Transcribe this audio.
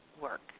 work